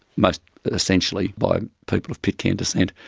most essentially by people of pitcairn descent.